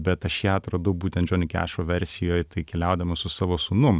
bet aš ją atradau būtent džoni kešo versijoj tai keliaudamas su savo sūnum